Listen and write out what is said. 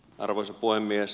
arvoisa puhemies